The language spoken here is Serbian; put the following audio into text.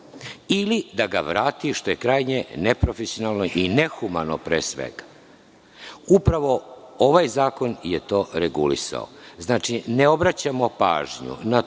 ili da ga vrati, što je krajnje neprofesionalno i nehumano, pre svega. Upravo ovaj zakon je to regulisao. Znači, ne obraćamo pažnju na to